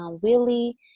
Willie